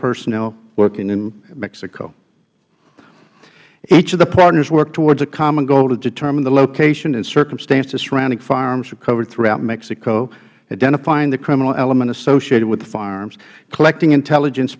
personnel working in mexico each of the partners work toward a common goal to determine the location and circumstances surrounding firearms recovered throughout mexico identifying the criminal element associated with the firearms collecting intelligence